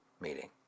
meeting